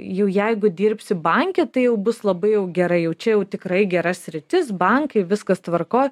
jau jeigu dirbsi banke tai jau bus labai jau gerai jau čia jau tikrai gera sritis bankai viskas tvarkoj